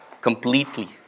completely